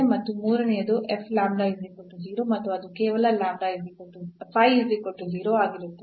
ಮತ್ತು ಮೂರನೆಯದು ಮತ್ತು ಅದು ಕೇವಲ ಆಗಿರುತ್ತದೆ